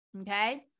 Okay